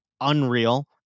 unreal